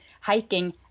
hiking